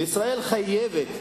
וישראל חייבת,